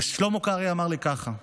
שלמה קרעי אמר לי ככה,